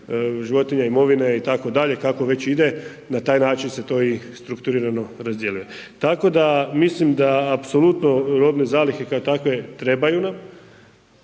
životinja, imovine, itd, kako već ide, na taj način se to i strukturirano razdijelilo. Tako da, mislim da apsolutno robne zalihe kao takve trebaju nam,